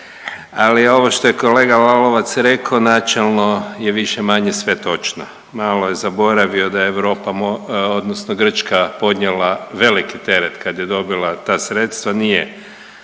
ali ovo što je kolega Lalovac rekao načelno je više-manje sve točno. Malo je zaboravio da Europa odnosno Grčka podnijela veliki teret kad je dobila ta sredstva, nije